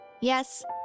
Yes